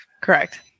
Correct